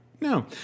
No